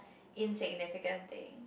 insignificant thing